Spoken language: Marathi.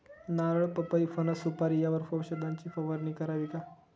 नारळ, पपई, फणस, सुपारी यावर औषधाची फवारणी करावी का?